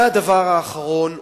הדבר האחרון,